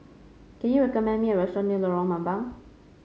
can you recommend me a restaurant near Lorong Mambong